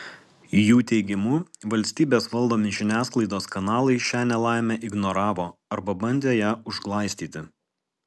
jų teigimu valstybės valdomi žiniasklaidos kanalai šią nelaimę ignoravo arba bandė ją užglaistyti